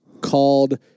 called